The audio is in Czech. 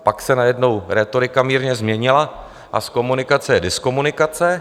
Pak se najednou rétorika mírně změnila a z komunikace je diskomunikace.